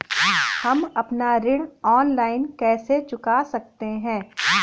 हम अपना ऋण ऑनलाइन कैसे चुका सकते हैं?